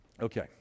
okay